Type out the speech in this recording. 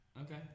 Okay